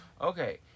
Okay